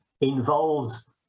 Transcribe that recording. involves